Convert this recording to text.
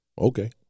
Okay